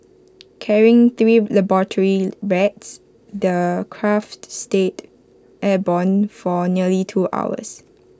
carrying three laboratory rats the craft stayed airborne for nearly two hours